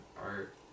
art